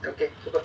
okay